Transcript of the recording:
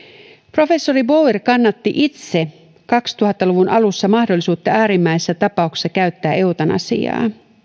professori boer kannatti itse kaksituhatta luvun alussa mahdollisuutta äärimmäisissä tapauksissa käyttää eutanasiaa